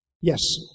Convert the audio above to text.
Yes